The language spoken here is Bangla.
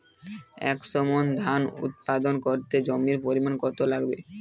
একশো মন ধান উৎপাদন করতে জমির পরিমাণ কত লাগবে?